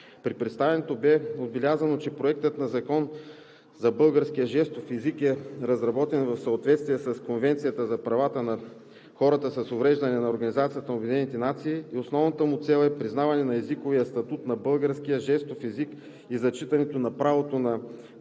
При представянето бе отбелязано, че Проектът на закона за българския жестов език е разработен в съответствие с Конвенцията за правата на хората с увреждания на ООН и основната му цел е признаване на езиковия статут на българския жестов език и зачитането на правото на